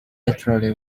literally